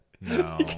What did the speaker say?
No